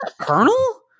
colonel